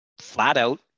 flat-out